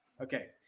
Okay